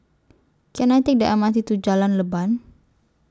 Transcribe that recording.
Can I Take The M R T to Jalan Leban